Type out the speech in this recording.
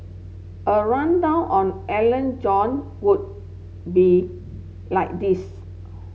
a rundown on Alan John would be like this